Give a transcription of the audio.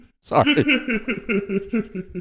Sorry